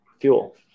fuel